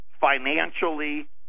financially